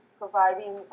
providing